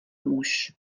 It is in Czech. muž